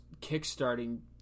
kick-starting